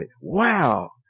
Wow